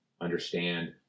understand